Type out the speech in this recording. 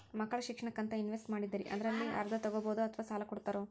ಮಕ್ಕಳ ಶಿಕ್ಷಣಕ್ಕಂತ ಇನ್ವೆಸ್ಟ್ ಮಾಡಿದ್ದಿರಿ ಅದರಲ್ಲಿ ಅರ್ಧ ತೊಗೋಬಹುದೊ ಅಥವಾ ಸಾಲ ಕೊಡ್ತೇರೊ?